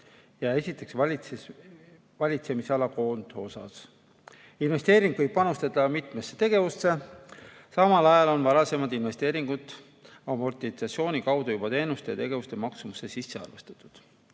ja esitatakse valitsemisala koondosas. Investeering võib panustada mitmesse tegevusse. Samal ajal on varasemad investeeringud amortisatsiooni kaudu juba teenuste ja tegevuste maksumuse sisse arvestatud. Nüüd